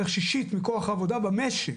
זה בערך שישית מכוח העבודה במשק.